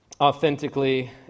authentically